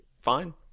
fine